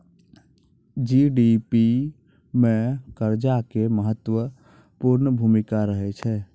GDP मे कर्जा के महत्वपूर्ण भूमिका रहै छै